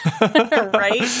right